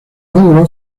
logro